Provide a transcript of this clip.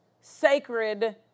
sacred